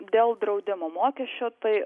dėl draudimo mokesčio tai